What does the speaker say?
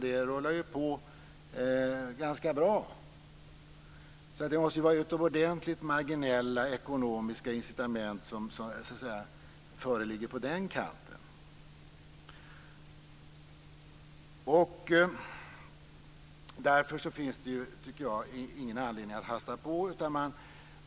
Det rullar på ganska bra. Det måste vara utomordentligt marginella ekonomiska incitament som föreligger på den kanten. Därför finns det enligt min mening ingen anledning att hasta på.